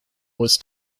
was